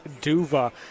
Duva